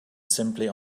simply